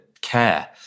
care